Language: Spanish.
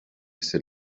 ese